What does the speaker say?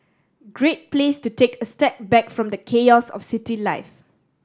great place to take a step back from the chaos of city life